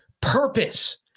purpose